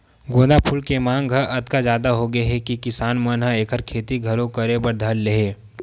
गोंदा फूल के मांग ह अतका जादा होगे हे कि किसान मन ह एखर खेती घलो करे बर धर ले हे